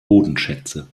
bodenschätze